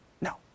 no